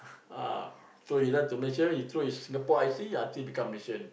ah so you have to make sure he throw his Singapore I_C until become Malaysian